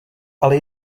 ale